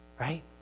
right